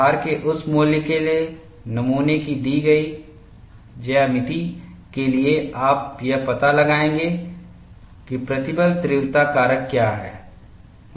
भार के उस मूल्य के लिए नमूने की दी गई ज्यामिति के लिए आप यह पता लगाएंगे कि प्रतिबल तीव्रता कारक क्या है